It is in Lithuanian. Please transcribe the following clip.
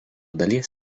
dalies